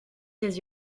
ses